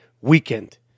weekend